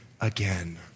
again